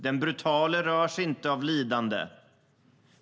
Den brutale rörs inte av lidande.